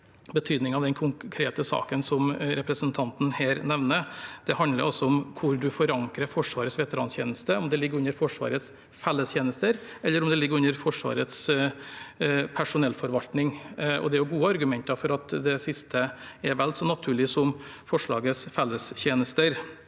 betydningen av den konkrete saken som representanten her nevner. Det handler altså om hvor en forankrer Forsvarets veterantjeneste – om den ligger under Forsvarets fellestjenester eller under Forsvarets personellforvaltning. Det er gode argumenter for at det siste er vel så naturlig som det første.